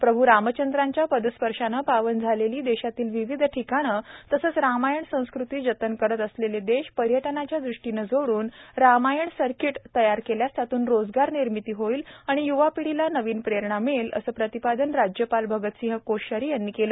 प्रभू रामचंद्रांच्या पदस्पर्शाने पावन झालेली देशातील विविध ठिकाणे तसेच रामायण संस्कृती जतन करीत असेलेले देश पर्यटनाच्या दृष्टीने जोडून रामायण सर्कीट तयार केल्यास त्यातून रोजगार निर्मिती होईल व य्वा पिढीला नवी प्रेरणा मिळेल असे प्रतिपादन राज्यपाल भगतसिंह कोश्यारी यांनी आज केले